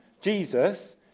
Jesus